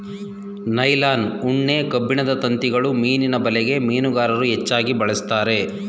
nylon, ಉಣ್ಣೆ, ಕಬ್ಬಿಣದ ತಂತಿಗಳು ಮೀನಿನ ಬಲೆಗೆ ಮೀನುಗಾರರು ಹೆಚ್ಚಾಗಿ ಬಳಸ್ತರೆ